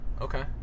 Okay